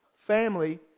family